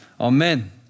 Amen